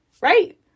right